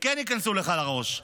כן ייכנסו לך לראש: